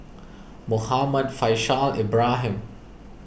Muhammad Faishal Ibrahim